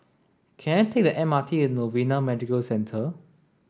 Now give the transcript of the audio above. can I take the M R T to Novena Medical Centre